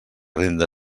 renda